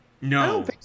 no